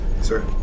Sir